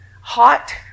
hot